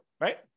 right